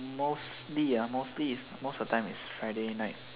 mostly ah mostly is most of the time is friday night